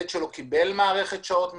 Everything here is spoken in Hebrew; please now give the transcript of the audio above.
קיבל מערכת שעות מסודרת,